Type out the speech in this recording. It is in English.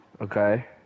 Okay